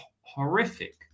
horrific